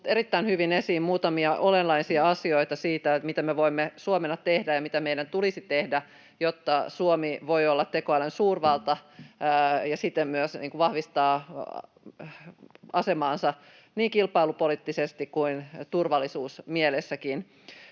erittäin hyvin esiin muutamia olennaisia asioita siitä, mitä me voimme Suomena tehdä ja mitä meidän tulisi tehdä, jotta Suomi voi olla tekoälyn suurvalta ja siten myös vahvistaa asemaansa niin kilpailupoliittisesti kuin turvallisuusmielessäkin.